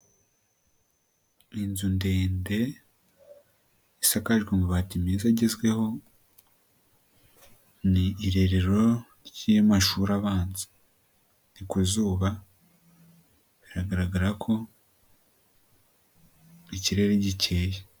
Inzu ndende isakajwe amabati meza agezweho, ni irerero ry'amashuri abanza, ni ku zuba biragaragara ko ikirere gikeye.